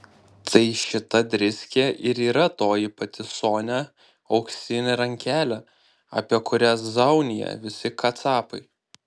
tai šita driskė ir yra toji pati sonia auksinė rankelė apie kurią zaunija visi kacapai